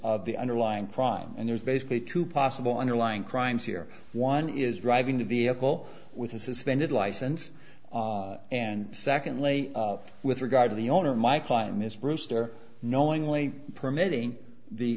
of the underlying crime and there's basically two possible underlying crimes here one is driving a vehicle with a suspended license and secondly with regard to the owner of my client mr brewster knowingly permitting the